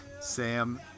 Sam